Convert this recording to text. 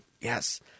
yes